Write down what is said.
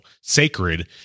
sacred